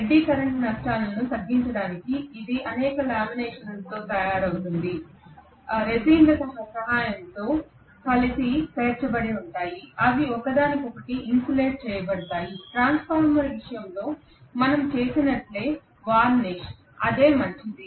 eddy current నష్టాలను తగ్గించడానికి ఇది అనేక లామినేషన్లతో తయారవుతుంది రెసిన్ల సహాయంతో కలిసి పేర్చబడి ఉంటాయి అవి ఒకదానికొకటి ఇన్సులేట్ చేయబడతాయి ట్రాన్స్ఫార్మర్ విషయంలో మనం చేసినట్లే వార్నిష్ అదే విషయం మంచిది